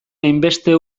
hainbeste